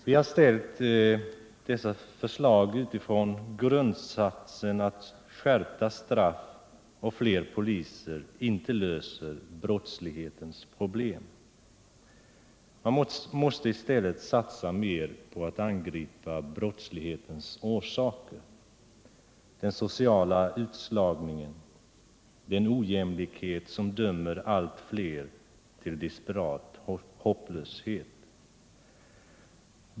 Vi har ställt dessa förslag utifrån grundsatsen att skärpta straff och flera poliser inte löser brottslighetens problem. Man måste i stället satsa mer på att angripa brottslighetens orsaker: den sociala utslagningen och den ojämlikhet som dömer allt fler till desperat hopplöshet.